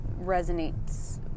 resonates